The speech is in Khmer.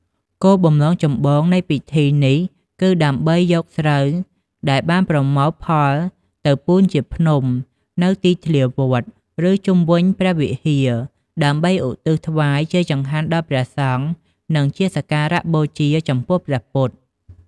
គោលបំណងចម្បងនៃពិធីនេះគឺដើម្បីយកស្រូវដែលបានប្រមូលផលទៅ ពូនជាភ្នំ នៅទីធ្លាវត្ត ឬជុំវិញព្រះវិហារដើម្បីឧទ្ទិសថ្វាយជាចង្ហាន់ដល់ព្រះសង្ឃ និងជាសក្ការបូជាចំពោះព្រះពុទ្ធ។